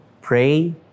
pray